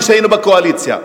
כשהיינו בקואליציה,